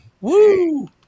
Woo